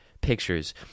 pictures